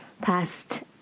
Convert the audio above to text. past